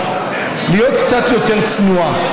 להיות קצת יותר צנועה.